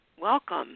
Welcome